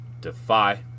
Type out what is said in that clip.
Defy